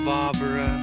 Barbara